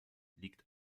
liegt